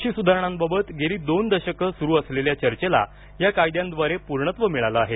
कृषी सुधारणांबाबत गेली दोन दशकं सुरू असलेल्या चर्चेला या कायद्यांद्वारे पूर्णत्व मिळालं आहे